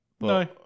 No